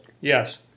Yes